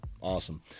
Awesome